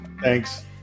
Thanks